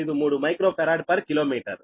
453 microfarad per kilometre